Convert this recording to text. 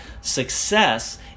Success